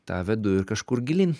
tą vedu ir kažkur gilyn